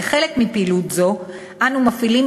כחלק מפעילות זאת אנו מפעילים,